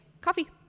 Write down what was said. coffee